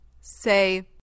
Say